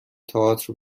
تاتر